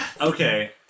Okay